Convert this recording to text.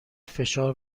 فشار